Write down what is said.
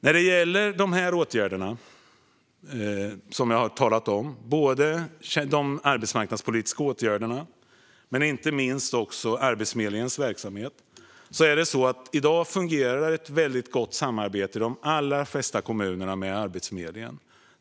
När det gäller de åtgärder som jag har talat om, både de arbetsmarknadspolitiska åtgärderna och inte minst Arbetsförmedlingens verksamhet, har i dag de allra flesta kommuner ett gott och fungerande samarbete med Arbetsförmedlingen.